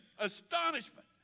astonishment